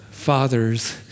fathers